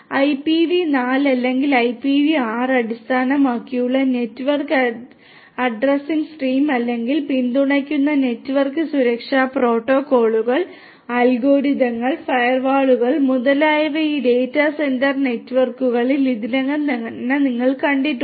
അതിനാൽ IPV4 അല്ലെങ്കിൽ IPV6 അടിസ്ഥാനമാക്കിയുള്ള നെറ്റ്വർക്ക് അഡ്രസിംഗ് സ്കീം അല്ലെങ്കിൽ പിന്തുണയ്ക്കുന്ന നെറ്റ്വർക്ക് സുരക്ഷാ പ്രോട്ടോക്കോളുകൾ അൽഗോരിതങ്ങൾ ഫയർവാളുകൾ മുതലായവ ഈ ഡാറ്റാ സെന്റർ നെറ്റ്വർക്കുകളിൽ ഇതിനകം തന്നെ നിങ്ങൾക്കുണ്ട്